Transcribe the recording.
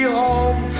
home